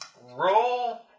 Roll